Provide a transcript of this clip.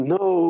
no